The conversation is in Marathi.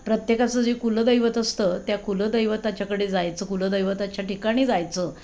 प्रत्येकाचं जे कुलदैवत असतं त्या कुलदैवताच्याकडे जायचं कुलदैवताच्या ठिकाणी जायचं